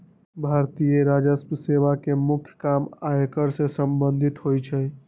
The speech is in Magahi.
भारतीय राजस्व सेवा के मुख्य काम आयकर से संबंधित होइ छइ